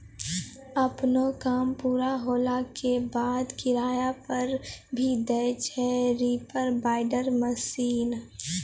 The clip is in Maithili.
आपनो काम पूरा होला के बाद, किराया पर भी दै छै रीपर बाइंडर मशीन